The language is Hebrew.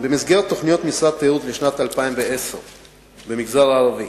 במסגרת תוכניות משרד התיירות בשנת 2010 במגזר הערבי